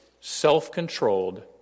self-controlled